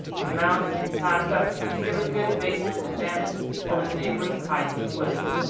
the mound had been cast up to give a good basement-advantage over the neighbouring heights and woods.